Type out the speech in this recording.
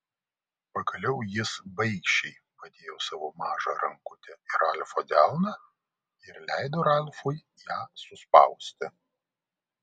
pagaliau jis baikščiai padėjo savo mažą rankutę į ralfo delną ir leido ralfui ją suspausti